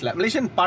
Malaysian